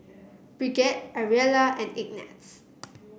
Brigette Ariella and Ignatz